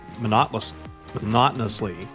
monotonously